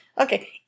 Okay